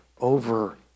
over